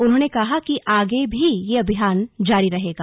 उन्होंने कहा कि आगे भी अभियान जारी रहेगा